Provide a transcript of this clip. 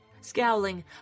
Scowling